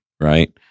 Right